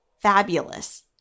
fabulous